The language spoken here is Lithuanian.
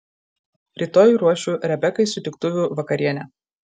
rytoj ruošiu rebekai sutiktuvių vakarienę